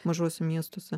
mažuose miestuose